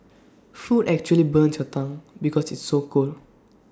food actually burns your tongue because it's so cold